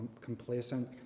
complacent